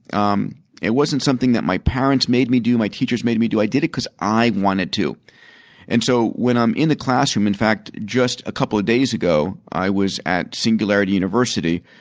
um it was something that my parents made me do, my teachers made me do. i did it because i wanted to and so when i am in the classroom in fact, just a couple of days ago i was at singularity university.